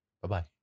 Bye-bye